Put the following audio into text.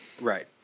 Right